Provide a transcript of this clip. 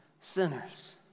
sinners